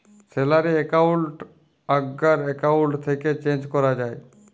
salary account আগ্কার account থ্যাকে change ক্যরা যায়